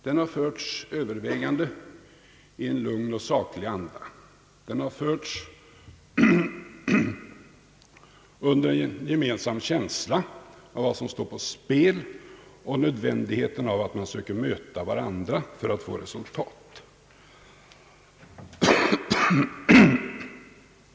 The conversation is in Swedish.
Den har övervägande förts i en lugn och saklig anda och den har förts under en gemensam känsla av vad som står på spel och nödvändigheten av att vi försöker möta varandra för att få resultat.